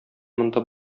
монда